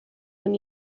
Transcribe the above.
when